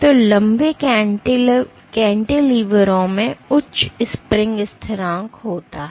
तो लंबे कैंटिलीवरों में उच्च स्प्रिंग स्थिरांक होता है